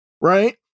right